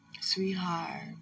Sweetheart